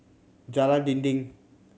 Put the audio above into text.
Jalan Dinding